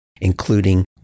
including